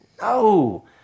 No